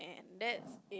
that